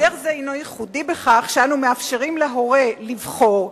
הסדר זה הינו ייחודי בכך שאנו מאפשרים להורה לבחור,